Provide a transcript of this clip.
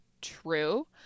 true